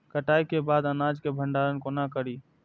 कटाई के बाद अनाज के भंडारण कोना करी?